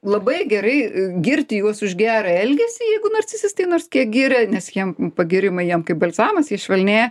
labai gerai girti juos už gerą elgesį jeigu narcisistai nors kiek giria nes jiem pagyrimai jiem kaip balzamas jie švelnėja